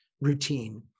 routine